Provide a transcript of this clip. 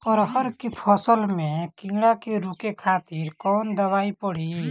अरहर के फसल में कीड़ा के रोके खातिर कौन दवाई पड़ी?